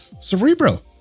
cerebro